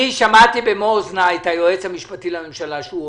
שמעתי במו אוזניי את היועץ המשפטי לממשלה שאומר: